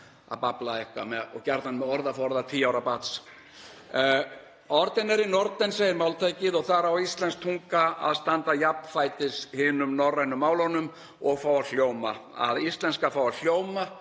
að babla eitthvað, gjarnan með orðaforða tíu ára barns. „Norden er i orden“ segir máltækið, og þar á íslensk tunga að standa jafnfætis hinum norrænu málunum og fá að hljóma. Að íslenska fái að hljóma